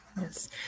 Yes